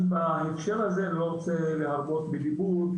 אני בהקשר הזה לא רוצה להרבות בדיבור.